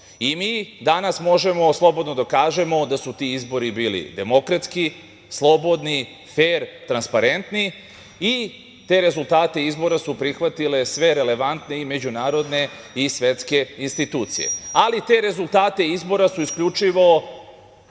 Danas možemo slobodno da kažemo da su ti izbori bili demokratski, slobodni, fer, transparentni i te rezultate izbora su prihvatile sve relevantne i međunarodne i svetske institucije. Te rezultate izbora su isključivo